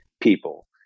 people